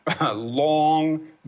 long